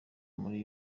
muri